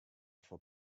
for